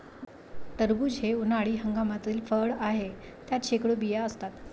टरबूज हे उन्हाळी हंगामातील फळ आहे, त्यात शेकडो बिया असतात